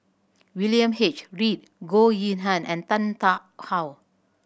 William H Read Goh Yihan and Tan Tarn How